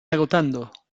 agotando